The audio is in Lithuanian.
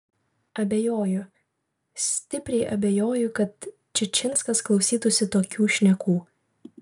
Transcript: abejoju stipriai abejoju kad čičinskas klausytųsi tokių šnekų